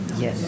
Yes